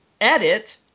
edit